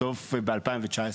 בסוף 2019,